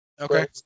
Okay